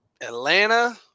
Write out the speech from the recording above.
Atlanta